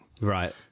Right